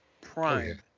Prime